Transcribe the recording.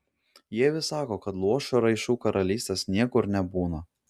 jie vis sako kad luošų ir raišų karalystės niekur nebūna